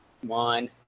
One